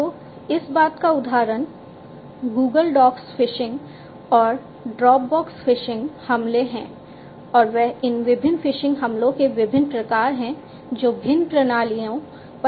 तो इस बात का उदाहरण गूगल डॉक्स फ़िशिंग हमले हैं और वे इन विभिन्न फ़िशिंग हमलों के विभिन्न प्रकार हैं जो भिन्न प्रणालियों पर संभव हैं